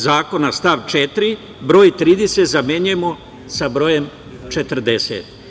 Zakona stav 4. - broj 30 zamenjujemo sa brojem 40.